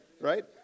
right